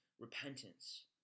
repentance